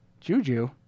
Juju